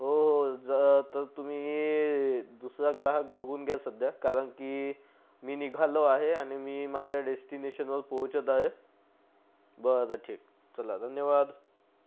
हो हो जरा आता तुम्ही दुसरा ग्राहक बघून घ्या सध्या कारण की मी निघालो आहे आणि मी माझ्या डेस्टिनेशनवर पोहचत आहे बरं ठीक चला धन्यवाद